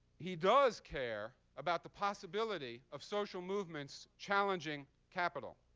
he does care about the possibility of social movements challenging capital,